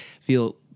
feel